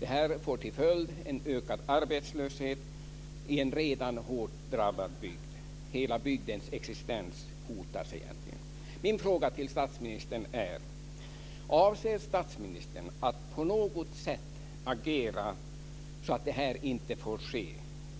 Detta får till följd att det blir en ökad arbetslöshet i en redan hårt drabbad bygd. Hela bygdens existens hotas egentligen. Min fråga till statsministern är: Avser statsministern att på något sätt agera så att detta inte får ske,